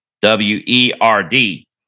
W-E-R-D